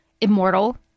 immortal